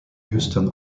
euston